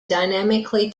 dynamically